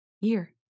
year